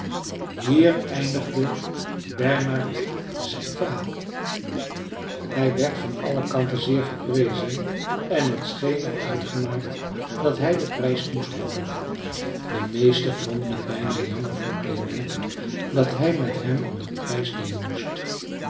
hier eindigde bernhard zijn verhaal hij werd van alle kanten zeer geprezen en het scheen al uitgemaakt dat hij den prijs moest hebben de meesten vonden t bijna jammer voor klement dat hij met hem om den prijs dingen moest